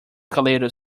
escalator